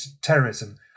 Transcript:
terrorism